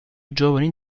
giovani